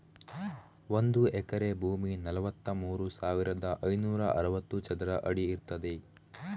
ಒಂದು ಎಕರೆ ಭೂಮಿ ನಲವತ್ತಮೂರು ಸಾವಿರದ ಐನೂರ ಅರವತ್ತು ಚದರ ಅಡಿ ಇರ್ತದೆ